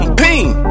ping